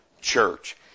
church